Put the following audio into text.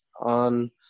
on